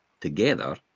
together